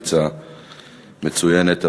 עצה מצוינת.